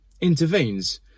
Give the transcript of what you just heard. intervenes